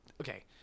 Okay